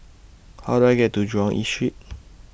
How Do I get to Jurong East Street